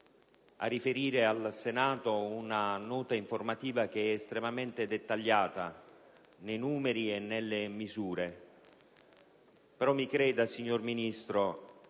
a riferire al Senato una nota informativa che è estremamente dettagliata nei numeri e nelle misure assunte. Però, signor Ministro,